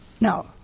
no –